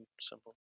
simple